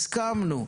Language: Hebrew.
הסכמנו.